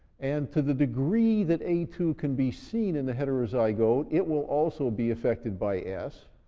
and to the degree that a two can be seen in the heterozygote, it will also be affected by s,